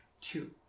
Two